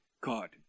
God